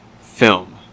film